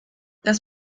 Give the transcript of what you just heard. das